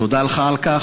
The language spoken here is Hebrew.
תודה לך על כך.